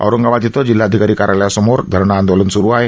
औरंगाबाद इथं जिल्हाधिकारी कार्यालयासमोर धरणं आंदोलन सुरू आहे